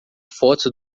fotos